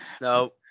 no